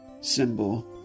symbol